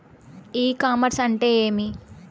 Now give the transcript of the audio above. ఇ commerce అంటే ఏమి?